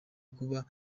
kuba